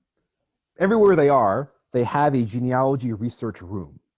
everywhere they are they have a genealogy research room